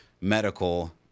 medical